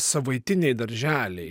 savaitiniai darželiai